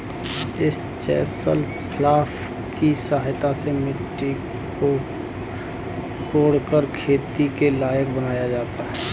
इस chisel plough की सहायता से मिट्टी को कोड़कर खेती के लायक बनाया जाता है